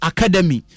Academy